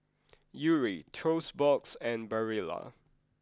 Yuri Toast Box and Barilla